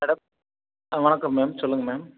madam ஆ வணக்கம் ma'am சொல்லுங்க மேம்